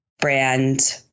brand